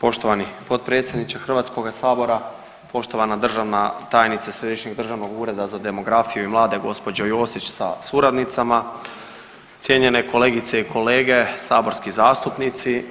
Poštovani potpredsjedniče HS-a, poštovana državna tajnice Središnjeg državnog ureda za demografiju i mlade gđa. Josić sa suradnicama, cijenjene kolegice i kolege saborski zastupnici.